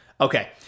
okay